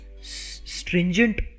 stringent